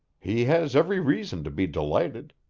he has every reason to be delighted,